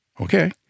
Okay